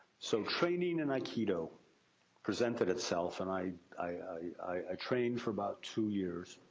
so, training in aikido presented itself, and i i trained for about two years.